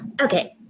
Okay